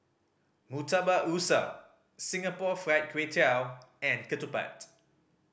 Murtabak Rusa Singapore Fried Kway Tiao and ketupat